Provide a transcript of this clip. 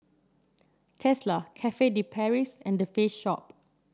Tesla Cafe De Paris and The Face Shop